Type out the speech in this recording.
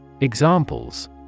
Examples